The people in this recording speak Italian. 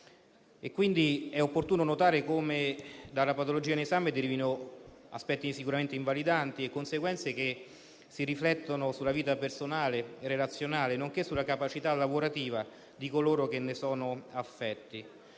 Quindi è opportuno notare come dalla patologia in esame derivino aspetti sicuramente invalidanti e conseguenze che si riflettono sulla vita personale e relazionale nonché sulla capacità lavorativa di coloro che ne sono affetti.